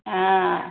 ஆ